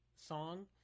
song